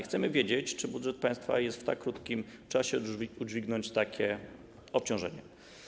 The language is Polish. Chcemy wiedzieć, czy budżet państwa jest w stanie w tak krótkim czasie udźwignąć takie obciążenie.